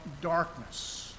darkness